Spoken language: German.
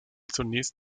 zunächst